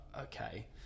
okay